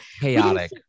Chaotic